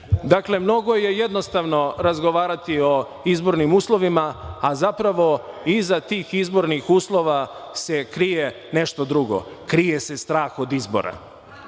pričam. Dakle, mnogo je jednostavno razgovarati o izbornim uslovima, a zapravo iza tih izbornih uslova se krije nešto drugo. Krije se strah od izbora.(Sonja